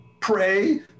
pray